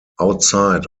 outside